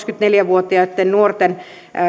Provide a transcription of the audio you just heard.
kaksikymmentäneljä vuotiaitten nuorten